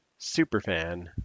Superfan